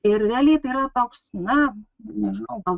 ir realiai tai yra toks na nežinau gal